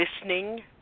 listening